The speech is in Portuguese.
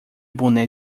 boné